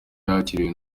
yakiriwe